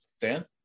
Dan